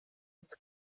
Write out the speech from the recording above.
its